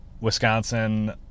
Wisconsin